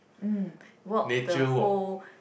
mm walk the whole